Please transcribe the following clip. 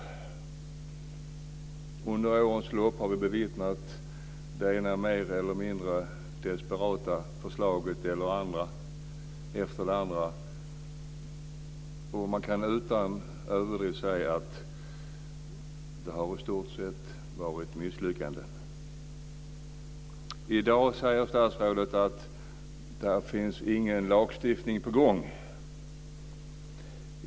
Under årens lopp har vi bevittnat det ena mer eller mindre desperata förslaget efter det andra. Man kan utan överdrift säga att det i stort sett har varit misslyckanden. I dag säger statsrådet att det inte är någon lagstiftning på gång.